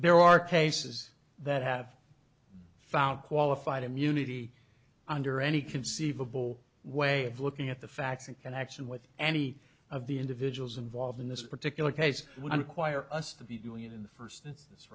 there are cases that have found qualified immunity under any conceivable way of looking at the facts in connection with any of the individuals involved in this particular case one acquire us to be doing it in the first i